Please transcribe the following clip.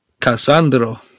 Cassandro